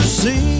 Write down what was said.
see